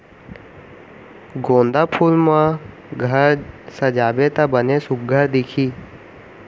गोंदा फूल म घर सजाबे त बने सुग्घर दिखही